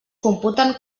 computen